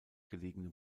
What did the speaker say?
gelegene